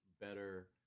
better